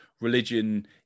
religion